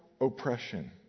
oppression